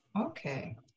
okay